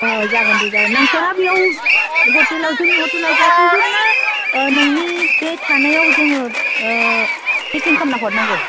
अ जागोन दे जागोन नोंथाङा बियाव हटेलाव जोंनि हटेलाव जाफैगोन ना नोंनि बे थानायाव जोङो पेकिं खालामना हरनांगौ